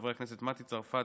חברי הכנסת מטי צרפתי,